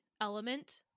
element